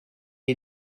est